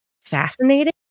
fascinating